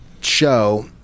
show